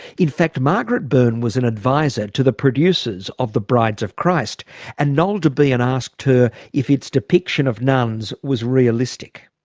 in fact margaret beirne was an advisor to the producers of the brides of christ and noel debien asked her if its depiction of nuns was realistic.